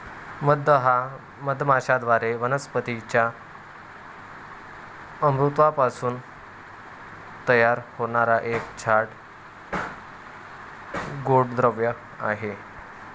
मध हा मधमाश्यांद्वारे वनस्पतीं च्या अमृतापासून तयार होणारा एक जाड, गोड द्रव आहे